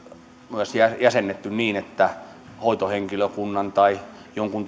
myös jäsennetty niin että hoitohenkilökunnan tai jonkun